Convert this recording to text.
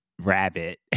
rabbit